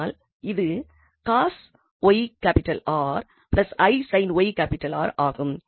ஆனால் இது cos 𝑦𝑅 𝑖 sin 𝑦𝑅 ஆகும்